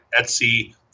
Etsy